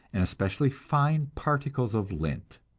and especially fine particles of lint.